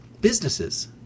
businesses